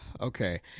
Okay